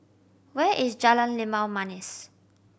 where is Jalan Limau Manis